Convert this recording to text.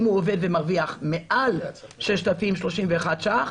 אם הוא עובד ומרוויח מעל 6,031 שקלים,